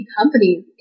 companies